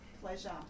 pleasure